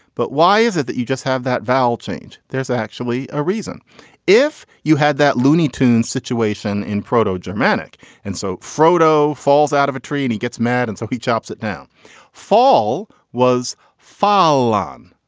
but why is it that you just have that vowel change. there's actually a reason if you had that looney tunes situation in proto germanic and so frodo falls out of a tree and he gets mad and so he chops it down fall was foul on.